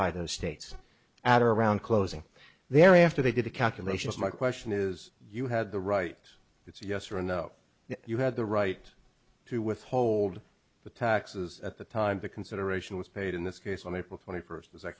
by the states at around closing there after they did the calculations my question is you had the right it's yes or no you had the right to withhold the taxes at the time the consideration was paid in this case on april twenty first is that